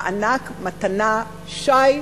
מתנה, שי,